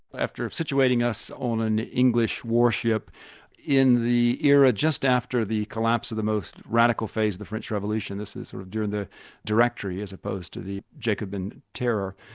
after situating us on an english warship in the era just after the collapse of the most radical phase of the french revolution, this is sort of during the directory as opposed to the jacobean terror,